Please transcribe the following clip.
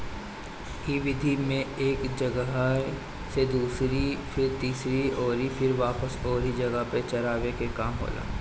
इ विधि में एक जगही से दूसरा फिर तीसरा अउरी फिर वापस ओही जगह पे चरावे के काम होला